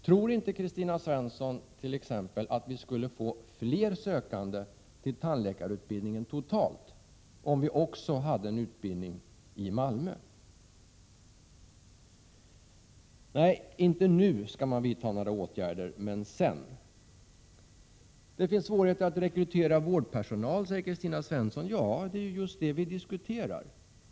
Tror inte Kristina Svensson att vi exempelvis skulle få fler sökande till tandläkarutbildningen totalt om vi också hade en utbildning i Malmö? — Nej, säger ni, åtgärder skall inte vidtas nu utan sedan. Det finns svårigheter att rekrytera vårdpersonal, säger Kristina Svensson. Det är just det vi diskuterar!